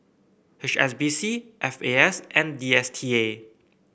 H S B C F A S and D S T A